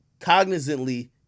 cognizantly